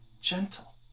gentle